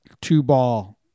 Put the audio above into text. two-ball